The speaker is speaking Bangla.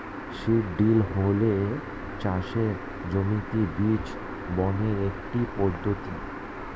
সিড ড্রিল হল চাষের জমিতে বীজ বপনের একটি পদ্ধতি